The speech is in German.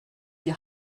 die